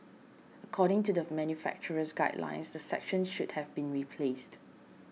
according to the manufacturer's guidelines the section should have been replaced